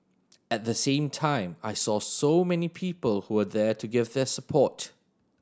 at the same time I saw so many people who were there to give their support